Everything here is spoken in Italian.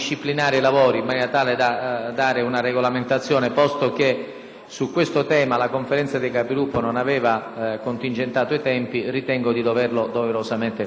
grazie.